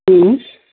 हूं